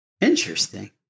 Interesting